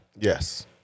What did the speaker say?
Yes